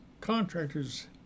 contractors